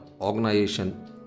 organization